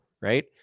Right